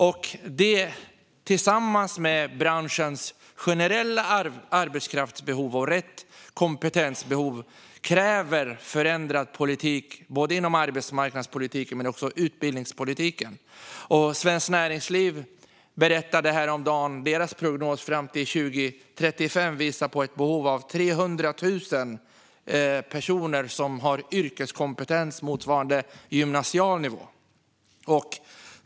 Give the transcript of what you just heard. Detta, tillsammans med branschens generella arbetskraftsbehov och behov av rätt kompetens, kräver förändrad politik, både inom arbetsmarknadspolitiken och inom utbildningspolitiken. Svenskt Näringsliv berättade häromdagen att deras prognos fram till 2035 visar på ett behov av 300 000 personer som har yrkeskompetens motsvarande gymnasial nivå.